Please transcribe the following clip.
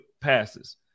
passes